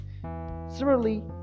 Similarly